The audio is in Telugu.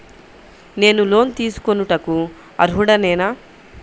నేను లోన్ తీసుకొనుటకు అర్హుడనేన?